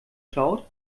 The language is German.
schaut